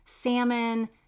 salmon